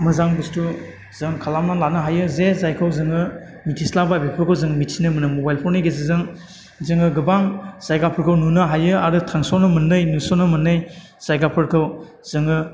मोजां बुस्टु जों खालामनानै लानो हायो जे जायखौ जोङो मिथिस्लाबा बेफोरखौ जों मिथिनो मोनो मबाइल फननि गेजेरजों जोङो गोबां जायगाफोरखौ नुनो हायो आरो थांस'नो मोनै नुस'नो मोनै जायगाफोरखौ जोङो